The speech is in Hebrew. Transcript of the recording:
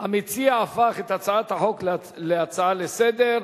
המציע הפך את הצעת החוק להצעה לסדר,